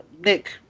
Nick